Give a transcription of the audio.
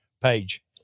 page